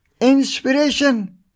inspiration